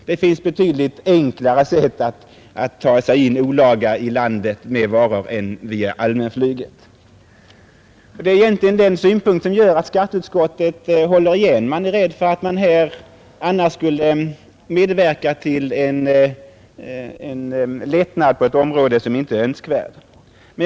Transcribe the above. Det finns betydligt enklare sätt att ta sig in olaga i landet med varor än via allmänflyget. Det är egentligen fruktan för att underlätta smuggling som gör att skatteutskottet håller igen; en sådan fruktan är ganska ogrundad när det gäller allmänflyget.